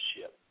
ship